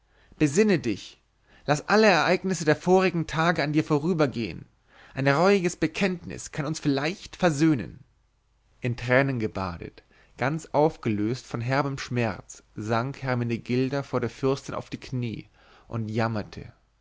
besinne dich laß alle ereignisse der vorigen tage dir vorübergehen ein reuiges bekenntnis kann uns vielleicht versöhnen in tränen gebadet ganz aufgelöst von herbem schmerz sank hermenegilda vor der fürstin auf die knie und jammerte